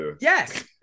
Yes